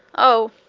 oh!